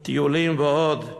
טיולים ועוד,